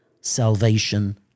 salvation